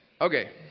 Okay